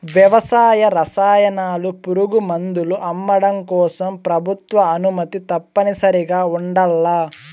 వ్యవసాయ రసాయనాలు, పురుగుమందులు అమ్మడం కోసం ప్రభుత్వ అనుమతి తప్పనిసరిగా ఉండల్ల